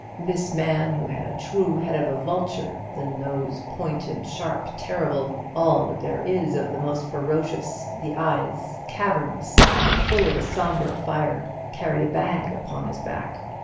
this man who had a true head of vulture, the nose pointed, sharp, terrible all that there is of the most ferocious the eyes cavernous, and full of a sombre fire carried a bag upon his back.